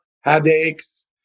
headaches